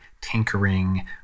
tinkering